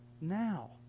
now